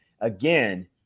Again